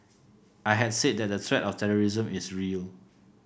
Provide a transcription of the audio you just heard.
I had said that the threat of terrorism is real